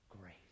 grace